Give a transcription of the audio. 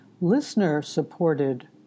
listener-supported